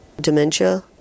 dementia